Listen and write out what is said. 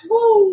Woo